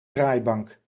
draaibank